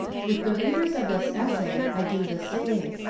with the readers of this essay i do the same.